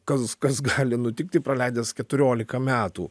kas kas gali nutikti praleidęs keturiolika metų